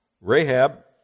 Rahab